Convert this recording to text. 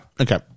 Okay